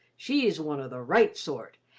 she's one o' the right sort,